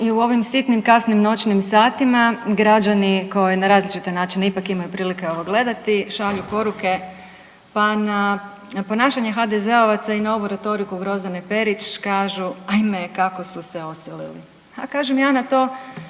i u ovim sitnim kasnim noćnim satima građani koji na različite načine ipak imaju priliku ovo gledati šalju poruke pa na, na ponašanje HDZ-ovaca i na ovu retoriku Grozdane Perić, kažu ajme kako su se osilili, a kažem ja na to